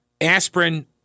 aspirin